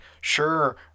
sure